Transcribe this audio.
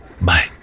Bye